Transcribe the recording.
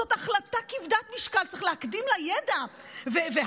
זאת החלטה כבדת משקל, צריך להקדים לה ידע והבנה.